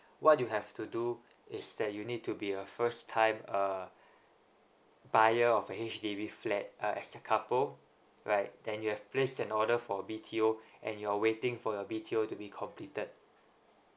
what you have to do is that you need to be a first time uh buyer of a H_D_B flat uh as a couple right then you have placed an order for B T O and you're waiting for your B T O to be completed